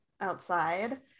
outside